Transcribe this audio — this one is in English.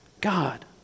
God